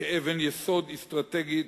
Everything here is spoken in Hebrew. כאבן יסוד אסטרטגית,